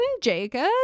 Jacob